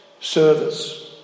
service